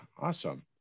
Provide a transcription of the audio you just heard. Awesome